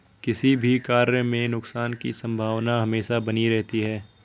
किसी भी कार्य में नुकसान की संभावना हमेशा बनी रहती है